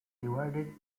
divided